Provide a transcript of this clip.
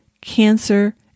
cancer